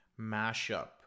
mashup